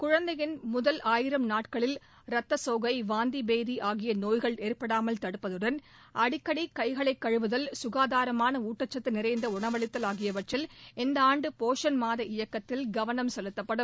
குழந்தையின் முதல் ஆயிரம் நாட்களில் ரத்தசோகை வாந்தி பேதி ஆகிய நோய்கள் ஏற்படாமல் தடுப்பதுடன் அடிக்கடி கைகளை கழுவுதல் ககாதாரமான ஊட்டச்சத்து நிறைந்த உணவளித்தல் ஆகியவற்றில் இந்த ஆண்டு போஷன் மாத இயக்கத்தில் கவனம் செலுத்தப்படும்